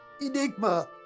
Enigma